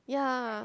yeah